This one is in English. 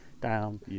down